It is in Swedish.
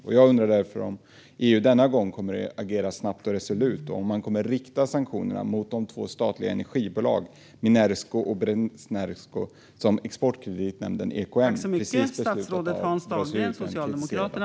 Kommer EU denna gång att agera snabbt och resolut och rikta sanktioner mot de två statliga energibolagen Minskenergo och Brestenergo sedan Exportkreditnämnden, EKN, precis beslutat sig att dra sig ur en kritiserad affär?